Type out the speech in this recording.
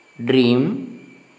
Dream